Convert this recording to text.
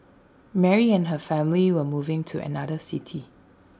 Mary and her family were moving to another city